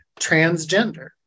transgender